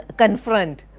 confront.